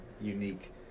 unique